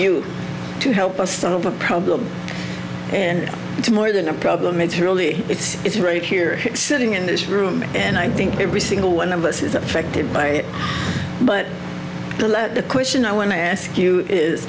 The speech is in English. you to help us out of a problem and it's more than a problem it's really it's it's right here sitting in this room and i think every single one of us is affected by it but the let the question i want to ask you is